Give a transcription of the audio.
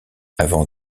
avant